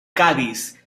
cádiz